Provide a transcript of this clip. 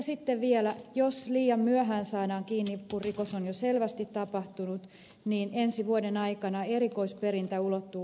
sitten vielä jos liian myöhään saadaan kiinni kun rikos on jo selvästi tapahtunut niin ensi vuoden aikana erikoisperintä ulottuu koko maahan